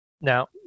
Now